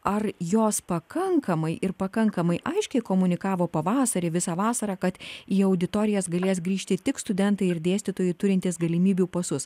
ar jos pakankamai ir pakankamai aiškiai komunikavo pavasarį visą vasarą kad į auditorijas galės grįžti tik studentai ir dėstytojai turintys galimybių pasus